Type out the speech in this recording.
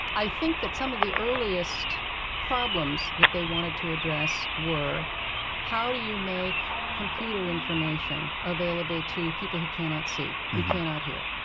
i think that some of the earliest problems they wanted to address were how do you make computer information available to people who cannot see, who cannot hear,